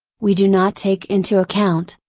we do not take into account,